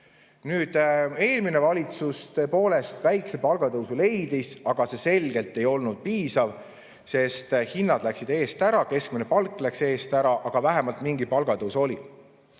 Eelmine valitsus tõepoolest väikse palgatõusu tegi, aga see selgelt ei olnud piisav, sest hinnad läksid eest ära, keskmine palk läks eest ära. Aga vähemalt mingi palgatõus oli.